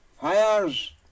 fires